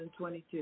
2022